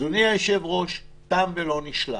אדוני היושב ראש, תם ולא נשלם.